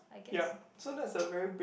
ya so that's the very big